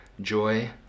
Joy